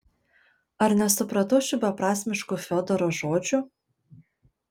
ar nesupratau šių beprasmiškų fiodoro žodžių